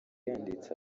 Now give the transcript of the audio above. yanditse